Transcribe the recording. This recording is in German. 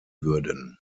würden